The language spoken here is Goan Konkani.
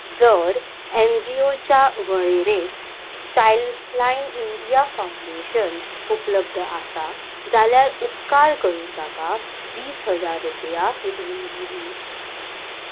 जर एनजीओच्या वळेरेंत चायल्डलायन इंडिया फाउंडेशन उपलब्ध आसा जाल्यार उपकार करून ताका वीस हजार रुपया देणगी दी